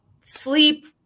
sleep